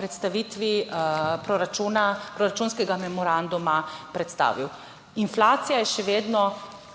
predstavitvi proračuna, proračunskega memoranduma predstavil. Inflacija je še vedno